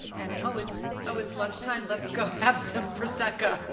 and oh it's, oh it's lunch time, let's go have some prosecco,